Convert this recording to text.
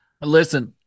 listen